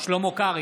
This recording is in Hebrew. שלמה קרעי,